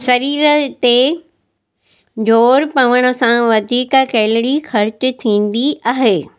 शरीर ते ज़ोरु पवण सां वधीक कैलरी ख़र्चु थींदी आहे